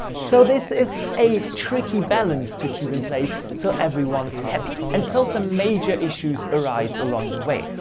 so this is a tricky balance to keep in place. so everyone's happy. and so some major issues arise along the way.